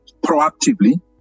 proactively